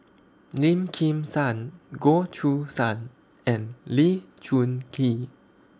Lim Kim San Goh Choo San and Lee Choon Kee